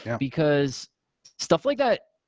and because stuff like that,